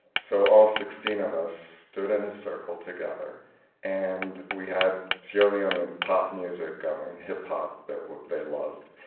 so all sixteen of us stood in a circle together and we had sierra leonean pop music going, hip hop that they loved,